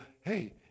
hey